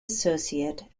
associate